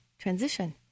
transition